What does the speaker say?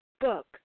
book